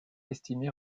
estimée